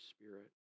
Spirit